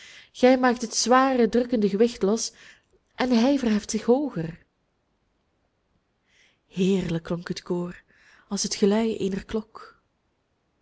gij maakt het zware drukkende gewicht los en hij verheft zich hooger heerlijk klonk het koor als het gelui eener klok